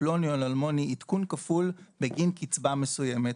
לפלוני או לאלמוני עדכון כפול בגין קצבה מסוימת,